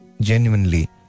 genuinely